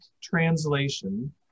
translation